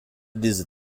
diese